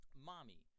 mommy